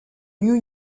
new